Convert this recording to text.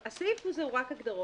והסעיף הזה הוא רק הגדרות.